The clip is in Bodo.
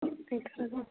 गैथारादां